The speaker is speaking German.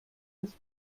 des